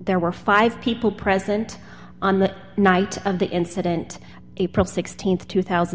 there were five people present on the night of the incident april th two thousand